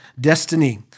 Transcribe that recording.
destiny